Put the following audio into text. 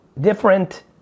different